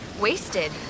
Wasted